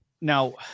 now